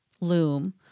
Loom